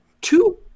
two